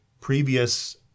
previous